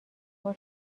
بار